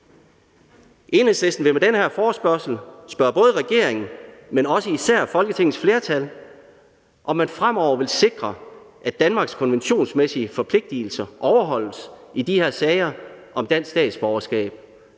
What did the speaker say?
Enhedslisten vil med den her forespørgsel spørge både regeringen, men også især Folketingets flertal, om man fremover vil sikre, at Danmarks konventionsmæssige forpligtelser overholdes i de her sager om dansk statsborgerskab,